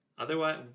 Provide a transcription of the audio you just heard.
Otherwise